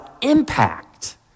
impact